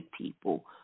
people